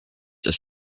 ist